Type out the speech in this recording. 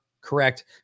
Correct